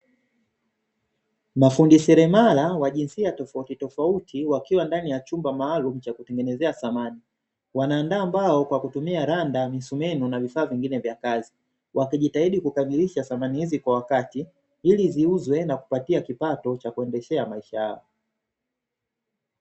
Mafundi selemara wa jinsia tofautitofauti wakiwa ndani ya chumba maalumu cha kutengenezea samani , wanaandaa mbao kwakutumia landa misumeno na vifaa vingine vya kazi ,wakijitahidi kukamilisha samani hizi kwa wakati ili ziuzwe na kuwapatia kipato cha kuendeshea maisha yao.